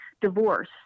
divorce